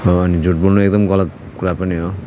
र अनि झुट बोल्नु एकदम गलत कुरा पनि हो